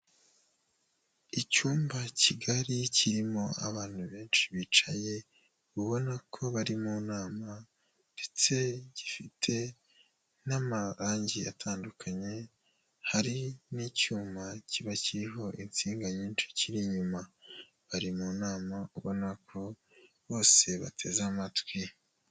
Icyumba kigari kirimo abantu benshi bicaye, ubona ko bari mu nama ndetse gifite n'amarangi atandukanye, hari n'icyuma kiba kiriho insinga nyinshi kiri inyuma, bari mu nama ubona ko bose bateze amatwi.